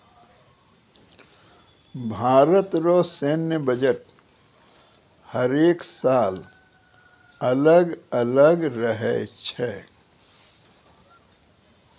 भारत रो सैन्य बजट हर एक साल अलग अलग रहै छै